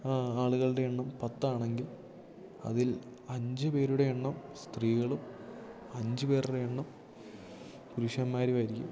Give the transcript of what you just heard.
ആ ആളുകളുടെ എണ്ണം പത്താണെങ്കിൽ അതിൽ അഞ്ചുപേരുടെ എണ്ണം സ്ത്രീകളും അഞ്ചുപേരുടെ എണ്ണം പുരുഷന്മാരുമായിരിക്കും